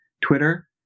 Twitter